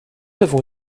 avons